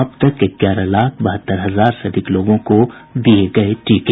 अब तक ग्यारह लाख बहत्तर हजार से अधिक लोगों को दिये गये टीके